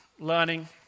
learning